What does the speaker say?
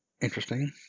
Interesting